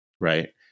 Right